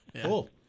Cool